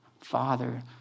father